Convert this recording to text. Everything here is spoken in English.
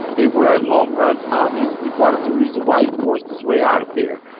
they weren't long runs. obviously part of the reason why he forced his way out of there.